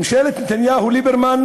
ממשלת נתניהו-ליברמן